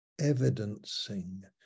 evidencing